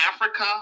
Africa